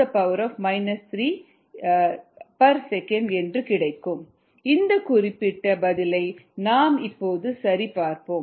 3710 3s 1 இந்த குறிப்பிட்ட பதிலை நாம் இப்போது சரி பார்ப்போம்